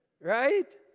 right